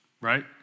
right